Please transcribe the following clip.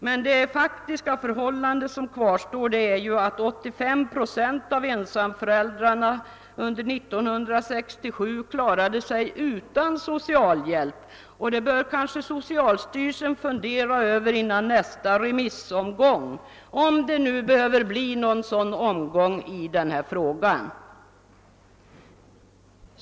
Men det faktiska förhållandet kvarstår, att 85 procent av ensamföräldrarna under 1967 klarade sig utan socialhjälp. Den saken bör kanske socialstyrelsen fundera över före nästa remissomgång — om det nu behöver bli nå gon sådan i den här frågan.